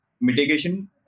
mitigation